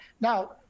Now